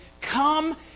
come